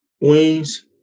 wings